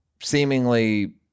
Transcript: seemingly